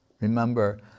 Remember